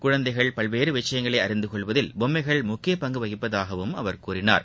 குழந்தைகள் பல்வேறு விஷயங்களை அறிந்து கொள்வதில் பொம்மைகள் முக்கிய பங்கு வகிப்பதாகவும் அவர் கூறினார்